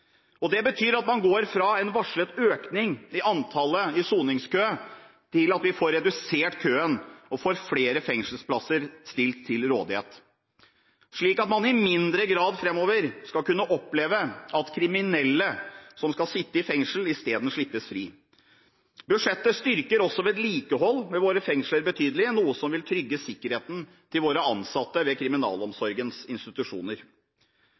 til. Det betyr at man går fra en varslet økning i antallet i soningskø til at vi får redusert køen og får flere fengselsplasser stilt til rådighet, slik at man i mindre grad framover skal kunne oppleve at kriminelle som skal sitte i fengsel, i stedet slippes fri. Budsjettet styrker også vedlikehold ved våre fengsler betydelig, noe som vil trygge sikkerheten til våre ansatte ved kriminalomsorgens institusjoner.